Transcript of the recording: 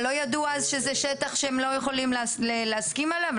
לא ידעו אז שזה שטח שהם לא יכולים להסכים עליו?